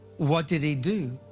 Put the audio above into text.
what did he do?